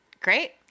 Great